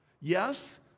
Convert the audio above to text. Yes